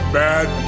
bad